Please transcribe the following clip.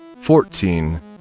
fourteen